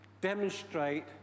demonstrate